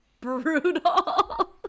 brutal